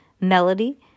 Melody